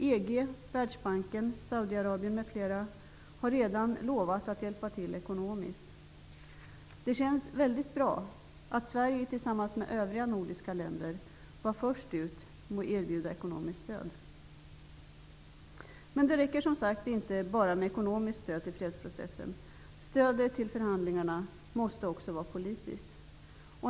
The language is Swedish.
EG, Världsbanken, Saudiarabien m.fl. har redan lovat att hjälpa till ekonomiskt. Det känns mycket bra att Sverige tillsammans med de övriga nordiska länderna var först ut med att erbjuda ekonomiskt stöd. Men det räcker som sagt inte bara med ekonomiskt stöd till fredsprocessen. Stödet till förhandlingarna måste också vara politiskt.